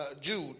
Jude